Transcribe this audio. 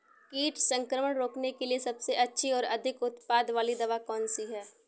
कीट संक्रमण को रोकने के लिए सबसे अच्छी और अधिक उत्पाद वाली दवा कौन सी है?